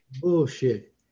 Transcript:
Bullshit